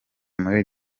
muri